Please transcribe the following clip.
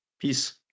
Peace